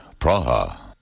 Praha